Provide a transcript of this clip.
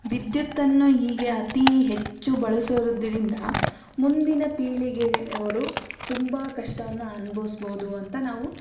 ವಿದ್ಯುತ್ತನ್ನು ಹೀಗೆ ಅತಿ ಹೆಚ್ಚು ಬಳಸಿರೋದ್ರಿಂದ ಮುಂದಿನ ಪೀಳಿಗೆಗೆ ಅವರು ತುಂಬ ಕಷ್ಟನ ಅನುಭವಿಸ್ಬೋದು ಅಂತ ನಾವು